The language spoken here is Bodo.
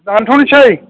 दान्थ'सै